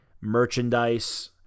merchandise